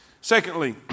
secondly